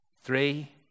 Three